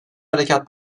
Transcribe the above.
hareket